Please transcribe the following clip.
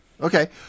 Okay